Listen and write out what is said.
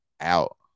out